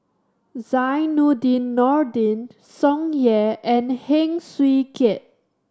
Zainudin Nordin Tsung Yeh and Heng Swee Keat